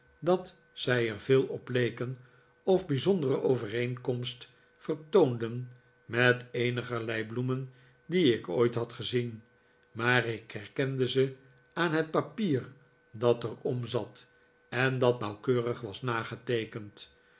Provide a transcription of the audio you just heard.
dat zij er veel op leken of bijzondere overeenkomst vertoonden met eenigerlei bloemen die ik ooit had gezien maar ik herkende ze aan het papier dat er om zat en dat nauwkeurig was nageteekend